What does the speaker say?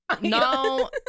No